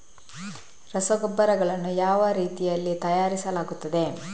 ರಸಗೊಬ್ಬರಗಳನ್ನು ಯಾವ ರೀತಿಯಲ್ಲಿ ತಯಾರಿಸಲಾಗುತ್ತದೆ?